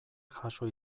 jaso